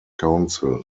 council